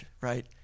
right